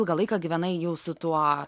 ilgą laiką gyvenai jau su tuo